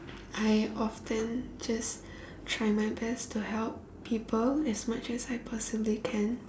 I often just try my best to help people as much as I possibly can